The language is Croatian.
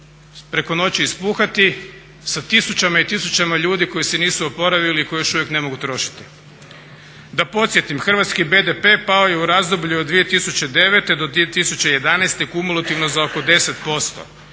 preko noći ispuhati sa tisućama i tisućama ljudi koji se nisu oporavili i koji još uvijek ne mogu trošiti. Da podsjetim, hrvatski BDP pao je u razdoblju od 2009.do 2011.kumulativno za oko 10%,